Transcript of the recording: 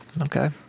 Okay